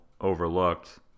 overlooked